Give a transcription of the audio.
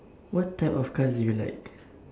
what type of cars do you like